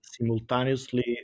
simultaneously